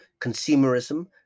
consumerism